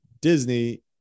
Disney